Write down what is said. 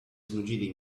znudzili